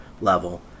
level